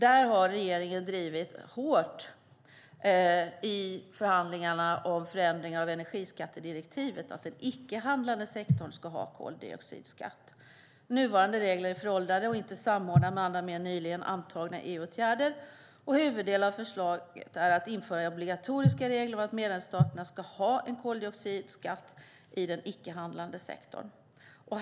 Där har regeringen drivit hårt i förhandlingarna om förändringar av energiskattedirektivet att den icke-handlande sektorn ska ha koldioxidskatt. Nuvarande regler är föråldrade och inte samordnade med andra mer nyligen antagna EU-åtgärder. Huvuddelen av förslaget är att införa obligatoriska regler om att medlemsstaterna ska ha en koldioxidskatt i den icke-handlande sektorn.